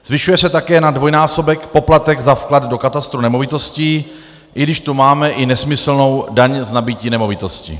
Zvyšuje se také na dvojnásobek poplatek za vklad do katastru nemovitostí, i když tu máme i nesmyslnou daň z nabytí nemovitosti.